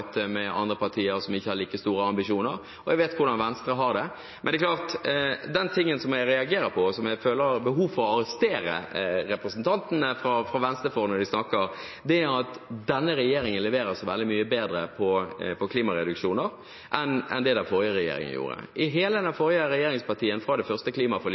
med andre partier som ikke har like store ambisjoner, og jeg vet hvordan Venstre har det. Men det er klart, det jeg reagerer på, og som jeg føler behov for å arrestere representantene fra Venstre for når de snakker, er at denne regjeringen leverer så veldig mye bedre på klimareduksjoner enn det den forrige regjeringen gjorde. Under den forrige regjeringen – fra det første klimaforliket